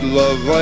love